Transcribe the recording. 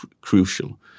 crucial